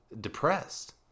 depressed